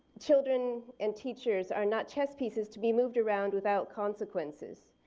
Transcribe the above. children and teachers are not chess pieces to be moved around without consequences.